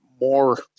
more